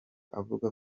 avuga